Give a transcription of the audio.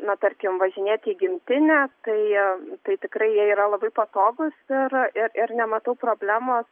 na tarkim važinėti į gimtinę tai tai tikrai jie yra labai patogūs ir ir ir nematau problemos